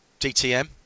DTM